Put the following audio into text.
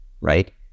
right